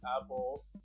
Apple